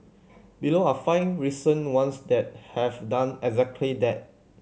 below are five recent ones that have done exactly that